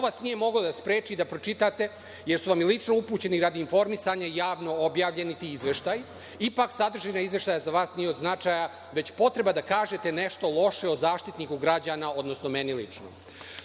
to nije moglo da vas spreči da pročitate, jer su vam i lično upućeni radi informisanja i javno objavljeni ti izveštaji. Ipak, sadržina izveštaja za vas nije od značaja, već potreba da kažete nešto loše o Zaštitniku građana, odnosno o meni lično. Tu